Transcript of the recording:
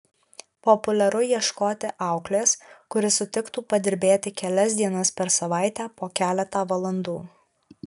populiaru ieškoti auklės kuri sutiktų padirbėti kelias dienas per savaitę po keletą valandų